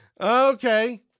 Okay